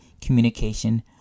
communication